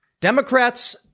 Democrats